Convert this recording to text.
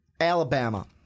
Alabama